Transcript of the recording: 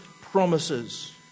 promises